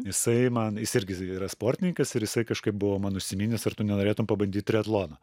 jisai man jis irgi yra sportininkas ir jisai kažkaip buvo man užsiminęs ar tu nenorėtum pabandyt triatloną